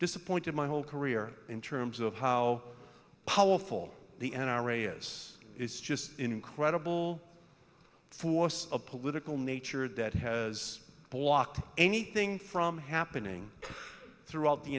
disappointed my whole career in terms of how powerful the n r a is is just incredible force of political nature that has blocked anything from happening throughout the